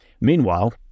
Meanwhile